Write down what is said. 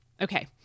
Okay